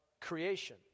creation